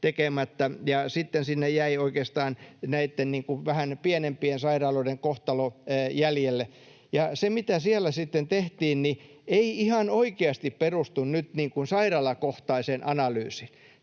sitten sinne jäi oikeastaan näitten vähän pienempien sairaaloiden kohtalo jäljelle. Ja se, mitä siellä sitten tehtiin, ei ihan oikeasti perustu nyt sairaalakohtaiseen analyysiin.